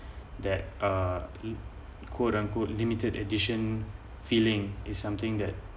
that uh quote unquote limited edition feeling is something that